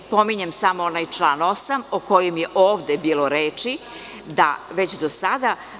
Pominjem samo onaj član 8. o kojem je ovde bilo reči do sada.